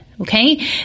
okay